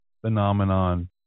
phenomenon